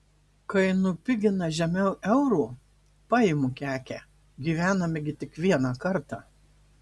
kai nupigina žemiau euro paimu kekę gyvename gi tik vieną kartą